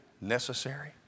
necessary